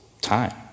time